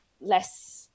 less